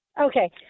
Okay